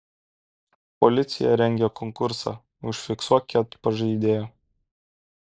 policija rengia konkursą užfiksuok ket pažeidėją